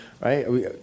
Right